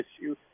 issue